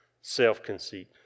self-conceit